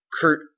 Kurt